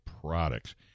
Products